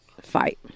fight